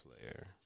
player